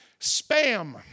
Spam